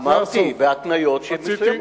אמרתי בהתניות מסוימות.